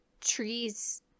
trees